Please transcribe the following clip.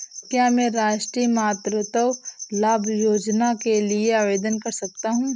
क्या मैं राष्ट्रीय मातृत्व लाभ योजना के लिए आवेदन कर सकता हूँ?